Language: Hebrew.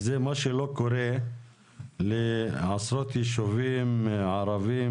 וזה מה שלא קורה לעשרות יישובים ערבים